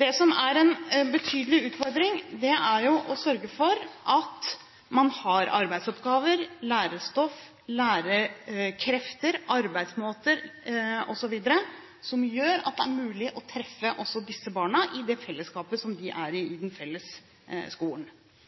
Det som er en betydelig utfordring, er jo å sørge for at man har arbeidsoppgaver, lærestoff, lærerkrefter, arbeidsmåter osv. som gjør at det er mulig å treffe også disse barna i det fellesskapet som de er en del av i den felles skolen.